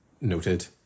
noted